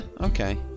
okay